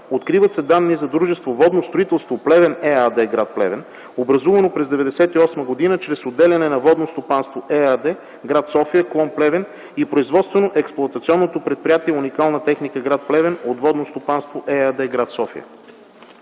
Откриват се данни за дружество „Водно строителство - Плевен” ЕАД, гр. Плевен, образувано през 1998 г. чрез отделяне на „Водно стопанство” ЕАД, гр. София – клон Плевен и Производствено експлоатационно предприятие „Уникална техника”, гр. Плевен от „Водно стопанство” ЕАД, гр. София.